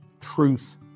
truth